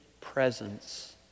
presence